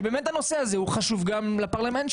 שהנושא הזה הוא חשוב גם לפרלמנט,